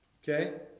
Okay